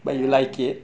ya